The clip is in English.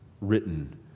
written